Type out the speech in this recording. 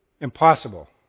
impossible